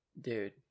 Dude